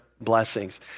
Blessings